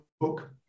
book